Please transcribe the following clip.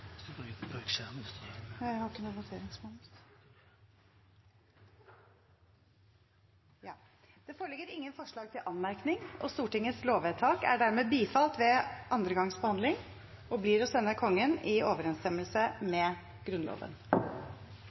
Det foreligger ingen forslag til anmerkning. Stortingets lovvedtak er dermed bifalt ved andre gangs behandling og blir å sende Kongen i overensstemmelse med Grunnloven.